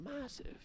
massive